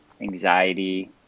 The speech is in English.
anxiety